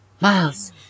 Miles